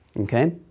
okay